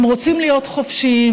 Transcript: הם רוצים להיות חופשיים,